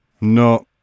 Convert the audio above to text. no